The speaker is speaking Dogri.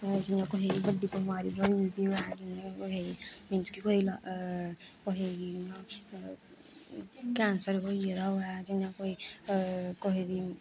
जियां कुहै गी बड्डी बमारी बनी गेदी होऐ जिया कुसै गी मींस कि कोई कैंसर होई गेदा होए जियां कुहै गी